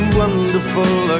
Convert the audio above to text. wonderful